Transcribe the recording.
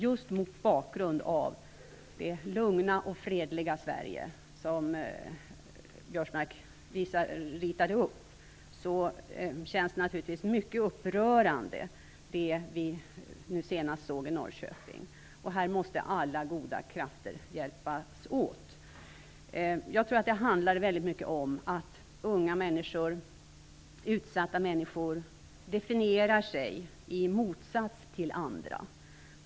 Just mot bakgrund av det lugna och fredliga Sverige, som Biörsmark ritade upp, känns det som senast hände i Norrköping naturligtvis mycket upprörande. Här måste alla goda krafter hjälpas åt. Jag tror att det väldigt mycket handlar om att unga, utsatta människor definierar sig i motsats till andra.